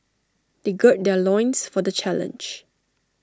they gird their loins for the challenge